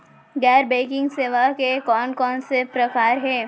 गैर बैंकिंग सेवा के कोन कोन से प्रकार हे?